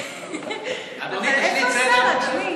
אבל איפה השר, אדוני?